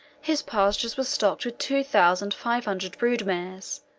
his pastures were stocked with two thousand five hundred brood mares,